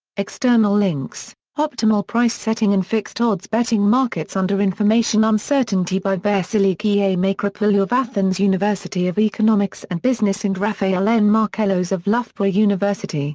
external links optimal price-setting in fixed-odds betting markets under information uncertainty by vasiliki a. makropoulou of athens university of economics and business and raphael n. markellos of loughborough university